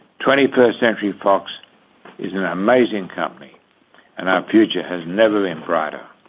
twenty first century fox is an amazing company and our future has never been brighter.